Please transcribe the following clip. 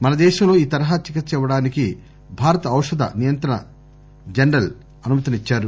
మనదేశంలో ఈ తరహా చికిత్సనివ్వడానికి భారత ఔషద నియంత్రణ జనరల్ అనుమతినిచ్సారు